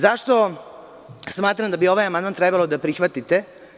Zašto smatram da bi ovaj amandman trebalo da prihvatite?